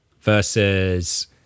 versus